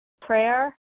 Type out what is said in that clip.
prayer